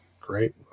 Great